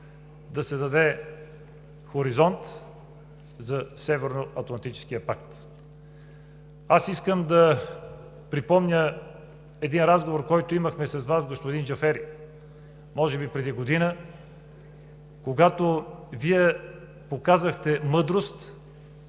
да се даде хоризонт за Северноатлантическия пакт. Искам да припомня разговор, който имахме с Вас, господин Джафери, може би преди година, когато Вие показахте мъдрост